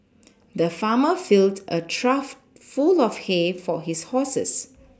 the farmer filled a trough full of hay for his horses